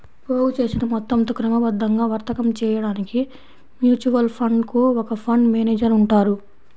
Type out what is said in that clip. పోగుచేసిన మొత్తంతో క్రమబద్ధంగా వర్తకం చేయడానికి మ్యూచువల్ ఫండ్ కు ఒక ఫండ్ మేనేజర్ ఉంటారు